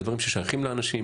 אלה דברים ששייכים לאנשים,